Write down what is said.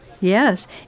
Yes